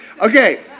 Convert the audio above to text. Okay